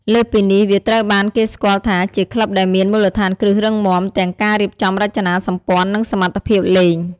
លើសពីនេះវាត្រូវបានគេស្គាល់ថាជាក្លឹបដែលមានមូលដ្ឋានគ្រឹះរឹងមាំទាំងការរៀបចំរចនាសម្ព័ន្ធ និងសមត្ថភាពលេង។